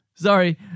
Sorry